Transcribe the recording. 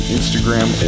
Instagram